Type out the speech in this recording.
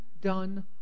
done